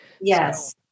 Yes